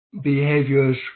behaviors